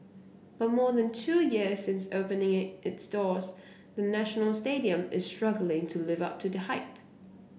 but more than two years since opening its doors the National Stadium is struggling to live up to the hype